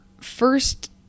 first